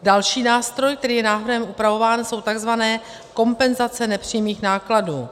Další nástroj, který je návrhem upravován, jsou takzvané kompenzace nepřímých nákladů.